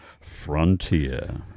frontier